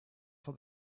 for